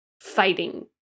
fighting